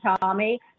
Tommy